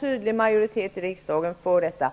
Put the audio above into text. tydlig majoritet i riksdagen för detta.